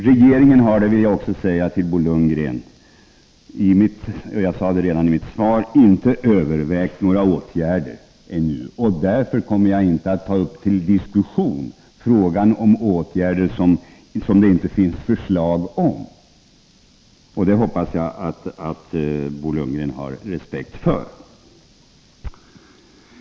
Regeringen har — det vill jag också säga till Bo Lundgren; jag sade det redan i mitt svar — inte ännu övervägt några åtgärder. Därför kommer jag inte att ta upp till diskussion frågan om åtgärder som det inte finns förslag om. Det hoppas jag att Bo Lundgren har respekt för.